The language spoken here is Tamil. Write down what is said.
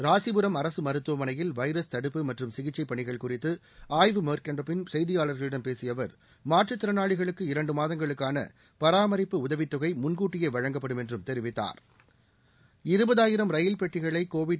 ராசிபுரம் அரசு மருத்துவமனையில் வைரஸ் தடுப்பு மற்றும் சிகிச்சை பணிகள் குறித்து ஆய்வு மேற்கொண்ட பின் செய்தியாளர்களிடம் பேசிய அவர் மாற்றுத் திறனாளிகளுக்கு இரண்டு மாதங்களுக்கான பராமரிப்பு உதவி தொகை முன்கூட்டியே வழங்கப்படும் என்றும் தெரிவித்தாா்